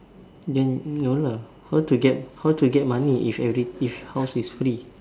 then no lah how to get how to get money if every if house is free